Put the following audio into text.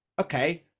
okay